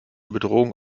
bedrohung